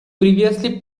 previously